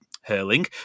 hurling